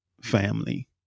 family